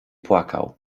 płakał